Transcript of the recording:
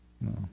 No